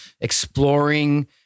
exploring